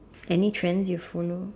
any trends you follow